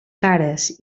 cares